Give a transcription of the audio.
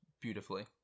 beautifully